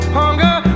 hunger